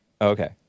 Okay